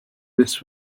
this